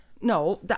No